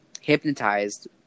hypnotized